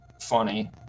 funny